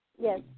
Yes